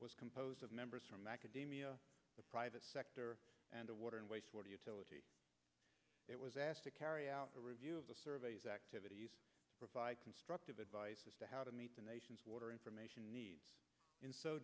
was composed of members from the private sector and a water and waste water utility it was asked to carry out a review of the survey's activities provide constructive advice as to how to meet the nation's water information needs in so